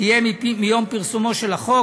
מיום פרסומו של החוק.